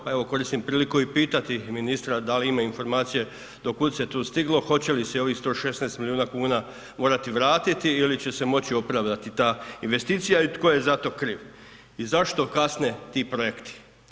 Pa evo, koristim priliku i pitati ministra da li ima informacije do kud se tu stiglo, hoće li se ovih 116 milijuna kuna morati vratiti ili će se moći opravdati ta investicija i tko je za to kriv i zašto kasne ti projekti?